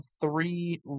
three